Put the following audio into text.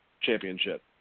Championship